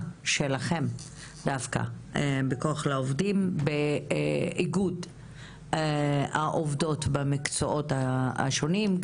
שלכם דווקא ב"כוח לעובדים" בתוך איגוד העובדות במקצועות השונים,